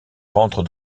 rentre